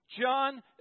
John